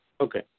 Okay